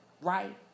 right